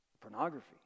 pornography